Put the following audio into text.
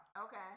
Okay